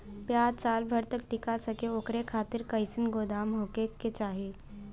प्याज साल भर तक टीका सके ओकरे खातीर कइसन गोदाम होके के चाही?